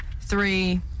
three